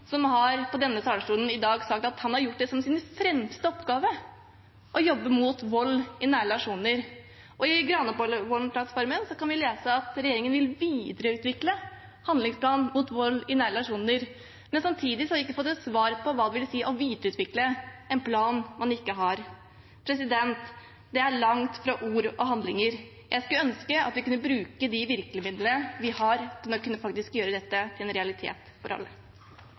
som på denne talerstolen i dag har sagt at han har gjort det til sin fremste oppgave å jobbe mot vold i nære relasjoner. I Granavolden-plattformen kan vi lese at regjeringen vil «videreutvikle handlingsplanen mot vold i nære relasjoner». Samtidig har vi ikke fått svar på hva det vil si å videreutvikle en plan man ikke har. Det er langt fra ord til handlinger. Jeg skulle ønske vi kunne bruke de virkemidlene vi har, til faktisk å kunne gjøre dette til en realitet for alle.